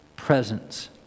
Presence